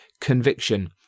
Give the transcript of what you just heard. conviction